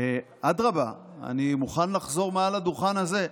אדרבה, אני מוכן לחזור מעל הדוכן הזה.